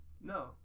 No